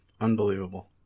Unbelievable